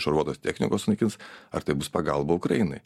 šarvuotos technikos sunaikins ar tai bus pagalba ukrainai